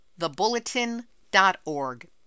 thebulletin.org